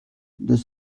deux